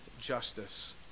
justice